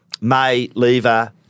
May-Lever